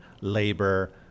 labor